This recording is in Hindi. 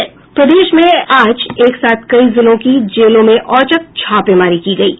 प्रदेश में आज एक साथ कई जिलों की जेलों में औचक छापेमारी की गयी